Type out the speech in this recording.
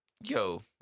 yo